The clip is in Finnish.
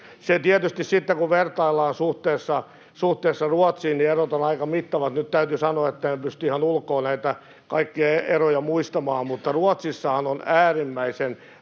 Tietysti sitten, kun vertaillaan suhteessa Ruotsiin, niin erot ovat aika mittavat. Nyt täytyy sanoa, että en pysty ihan ulkoa näitä kaikkia eroja muistamaan, mutta Ruotsissahan on äärimmäisen